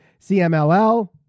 CMLL